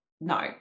no